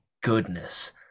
goodness